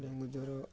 dengue ଜ୍ୱର